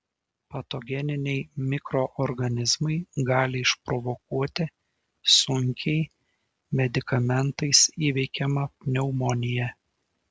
patogeniniai mikroorganizmai gali išprovokuoti sunkiai medikamentais įveikiamą pneumoniją